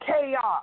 chaos